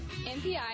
MPI